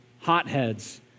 hotheads